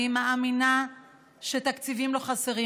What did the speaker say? אני מאמינה שתקציבים לא חסרים.